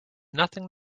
nothing